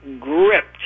gripped